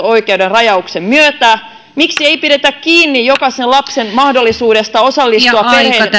oikeuden rajauksen myötä miksi ei pidetä kiinni jokaisen lapsen mahdollisuudesta osallistua perheen